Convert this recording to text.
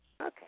Okay